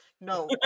No